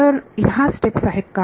तर या स्टेप्स स्पष्ट आहेत का